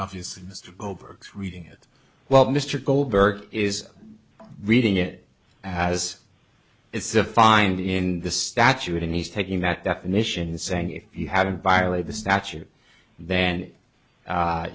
over reading it well mr goldberg is reading it as it's defined in the statute and he's taking that definition saying if you hadn't violate the statute then